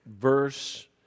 verse